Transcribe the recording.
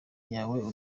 yawe